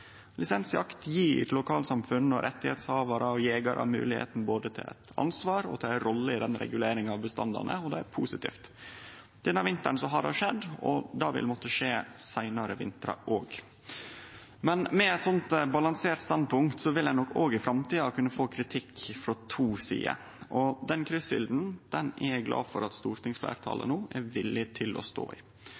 lisensjakt. Lisensjakt gjev lokalsamfunn, rettshavarar og jegerar moglegheit til å ha både eit ansvar og ei rolle i reguleringa av bestandane, og det er positivt. Denne vinteren har det skjedd, og det vil måtte skje seinare vintrar òg. Med eit slikt balansert standpunkt vil ein nok òg i framtida kunne få kritikk frå to sider. Den krysselden er eg glad for at stortingsfleirtalet no er villig til å stå i.